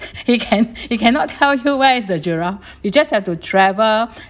he can he cannot tell you where is the giraffe you just have to travel